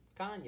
kanye